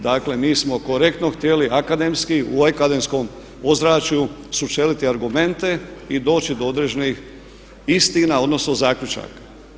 Dakle, mi smo korektno htjeli akademski u akademskom ozračju sučeliti argumente i doći do određenih istina odnosno zaključaka.